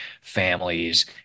families